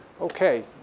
Okay